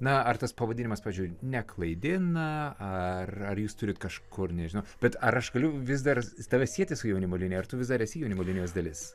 na ar tas pavadinimas pavyzdžiui neklaidina ar ar jūs turite kažkur nežinau bet ar aš galiu vis dar save sieti su jaunimo linija ar tu vis dar esi jaunimo linijos dalis